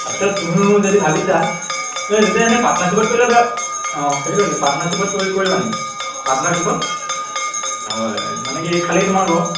তাৰপিছত তুমিও যদি ভাবিছা এই দুয়োটাই এনেই পাৰ্টনাৰশ্বিপত কৰিলে বেয়া অঁ সেইটোকে কৈছোঁ পাৰ্টনাৰশ্বিপত কৰিবা নেকি পাৰ্টনাৰশ্বিপত হয় মানে কি খালি তোমাৰ লোন